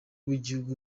w’igihugu